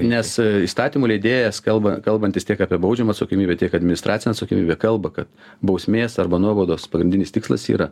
nes įstatymų leidėjas kalba kalbantis tiek apie baudžiamą atsakomybę tiek administracinę atsakomybę kalba kad bausmės arba nuobaudos pagrindinis tikslas yra